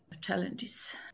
challenges